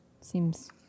Seems